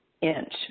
inch